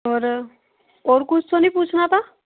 और और कुछ तो नहीं पूछना था